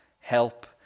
help